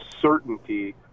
certainty